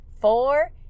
four